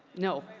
no.